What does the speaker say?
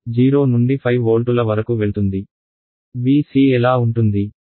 Vc ఎలా ఉంటుంది